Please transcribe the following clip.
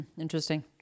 Interesting